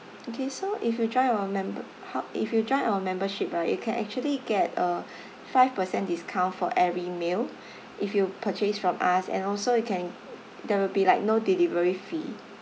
okay so if you join our member if you join our membership right you can actually get a five percent discount for every meal if you purchase from us and also you can there'll be like no delivery fee